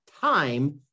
time